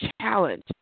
challenge